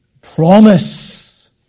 Promise